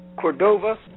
Cordova